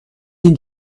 این